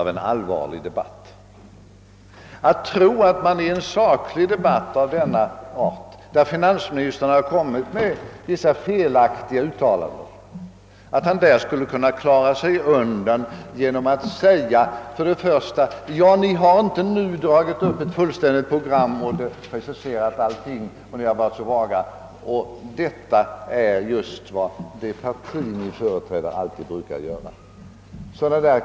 Finansministern skall inte tro att han i en saklig debatt, där han gjort vissa felaktiga uttalanden, skall kunna komma ifrån detta genom att påstå att vi i folkpartiet skulle ha varit mycket vaga i våra råd och inte ha lagt fram något egentligt program, där åtgärderna preciserats. Detta skulle vara utmärkande för det parti jag företräder.